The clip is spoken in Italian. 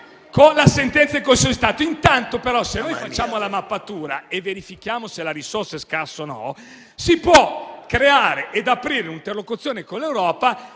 Con la sentenza del Consiglio di Stato, intanto, però, se facciamo la mappatura e verifichiamo se la risorsa è davvero scarsa, si può aprire un'interlocuzione con l'Europa